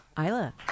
Isla